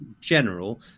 general